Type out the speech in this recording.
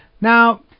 Now